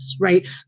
right